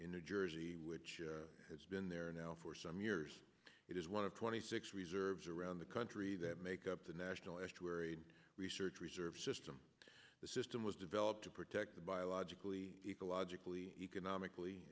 in new jersey which has been there now for some years it is one of twenty six reserves around the country that make up the national estuary research reserve system the system was developed to protect the biologically ecologically economically